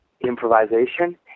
improvisation